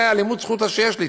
זה הלימוד-זכות שיש לי,